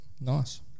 Nice